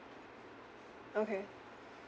okay